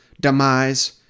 demise